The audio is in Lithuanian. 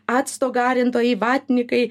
acto garintojai vatnikai